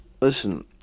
Listen